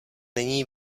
není